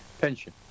pension